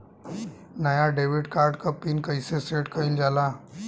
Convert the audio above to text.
नया debit card क pin कईसे सेट कईल जाला?